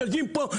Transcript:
אתם יושבים פה,